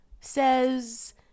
says